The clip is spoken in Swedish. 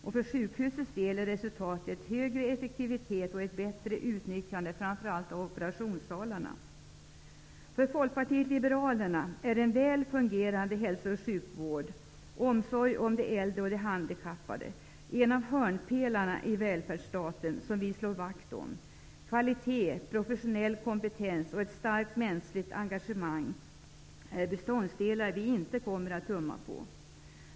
Och för sjukhusens del är resultatet högre effektivitet och ett bättre utnyttjande, framför allt av operationssalarna. För Folkpartiet liberalerna är en väl fungerande hälso och sjukvård samt omsorg om de äldre och de handikappade en av hörnpelarna i välfärdsstaten, som vi slår vakt om. Kvalitet, professionell kompetens och ett starkt mänskligt engagemang är beståndsdelar vi inte kommer att tumma på.